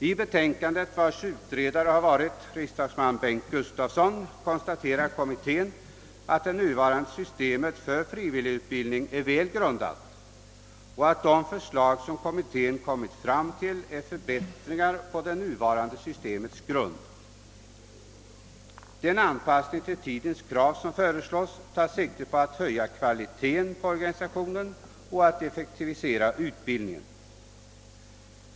I betänkandet konstaterar kommittén — vars ordförande varit riksdagsman Bengt Gustavsson — att det nuvarande systemet för frivilligutbildningen är väl grundat och att de förslag som kommittén kommit fram till är förbättringar på det nuvarande systemets grund. Den anpassning till tidens krav som föreslås tar sikte på att höja kvaliteten på organisationerna och effektivisera utbildningen.